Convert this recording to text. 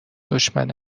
دشمن